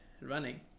running